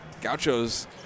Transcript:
Gaucho's